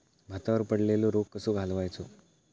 भातावर पडलेलो रोग कसो घालवायचो?